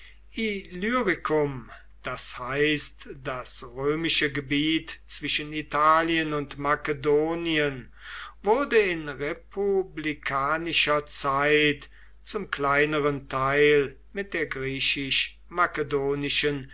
illyricum das heißt das römische gebiet zwischen italien und makedonien wurde in republikanischer zeit zum kleineren teil mit der